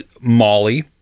Molly